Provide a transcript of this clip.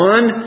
One